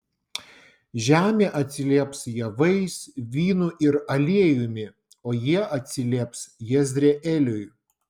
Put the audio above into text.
žemė atsilieps javais vynu ir aliejumi o jie atsilieps jezreeliui